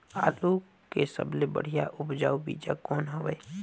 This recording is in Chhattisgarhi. आलू के सबले बढ़िया उपजाऊ बीजा कौन हवय?